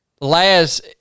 Laz